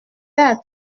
être